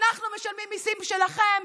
אנחנו משלמים מיסים עבורכם,